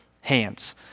hands